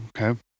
Okay